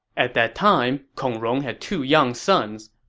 at that time, kong rong had two young sons.